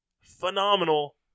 Phenomenal